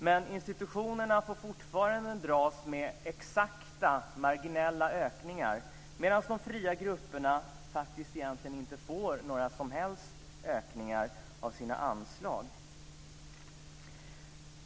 Men institutionerna får fortfarande dras med exakta marginella ökningar, medan de fria grupperna faktiskt egentligen inte får några som helst ökningar av sina anslag.